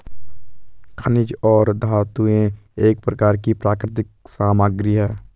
खनिज और धातुएं एक प्रकार की प्राकृतिक सामग्री हैं